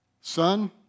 Son